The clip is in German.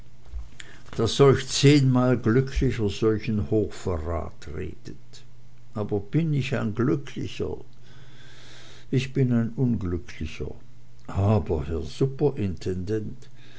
daß solch zehnmal glücklicher solchen hochverrat redet aber bin ich ein glücklicher ich bin ein unglücklicher aber herr superintendent